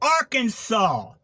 Arkansas